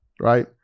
right